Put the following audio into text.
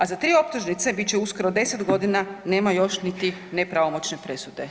A za 3 optužnice bit će uskoro 10 godina nema još niti nepravomoćne presude.